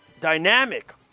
dynamic